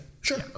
Sure